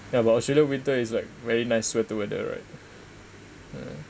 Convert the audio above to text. ya but australia winter is like very nice sweater weather right err